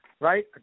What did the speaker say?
Right